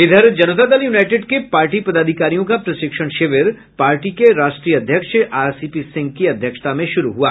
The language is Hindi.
इधर जनता दल यूनाईटेड के पार्टी पदाधिकारियों का प्रशिक्षण शिविर पार्टी के राष्ट्रीय अध्यक्ष आरसीपी सिंह की अध्यक्षता में शुरू हुआ